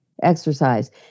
exercise